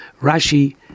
Rashi